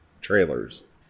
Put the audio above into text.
trailers